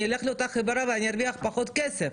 אני אלך לאותה חברה ואני ארוויח פחות כסף,